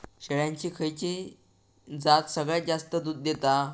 शेळ्यांची खयची जात सगळ्यात जास्त दूध देता?